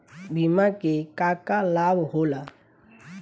बिमा के का का लाभ होला?